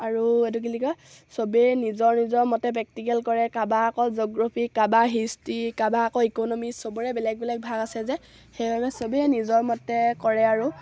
আৰু এইটো কি বুলি কয় সবেই নিজৰ নিজৰ মতে প্ৰেক্টিকেল কৰে কাৰোবাৰ আকৌ জগ্ৰফি কাৰোবাৰ হিষ্ট্ৰী কাৰোবাৰ আকৌ ইকনমিক সবৰে বেলেগ বেলেগ ভাগ আছে যে সেই কাৰণে সবেই নিজৰ মতে কৰে আৰু